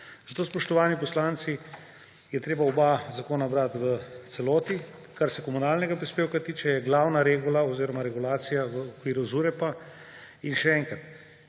zato, spoštovani poslanci, je treba oba zakona brati v celoti. Kar se komunalnega prispevka tiče, je glavna regula oziroma regulacija v okviru ZUreP. In še enkrat,